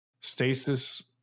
Stasis